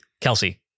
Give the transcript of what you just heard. Kelsey